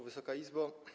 Wysoka Izbo!